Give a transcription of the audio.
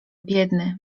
biedny